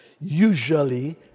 usually